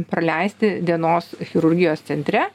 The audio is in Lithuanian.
praleisti dienos chirurgijos centre